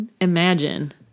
imagine